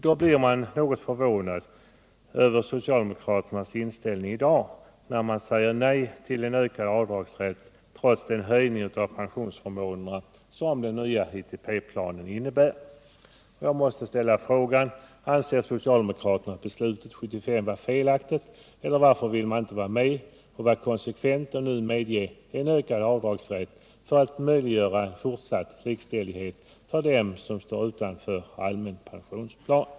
Därför blir man i dag något förvånad över socialdemokraterna när de nu säger nej till en ökad avdragsrätt trots den höjning av pensionsförmånerna som den nya ITP planen innebär. Jag måste ställa frågan: Anser socialdemokraterna att beslutet år 1975 var felaktigt, eller varför vill man inte vara konsekvent och nu medge en ökad avdragsrätt för att möjliggöra fortsatt likställighet för dem som står utanför allmän pensionsplan?